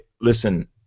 listen